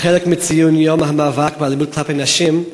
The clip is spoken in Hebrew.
כחלק מציון יום המאבק באלימות כלפי נשים,